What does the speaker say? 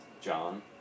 John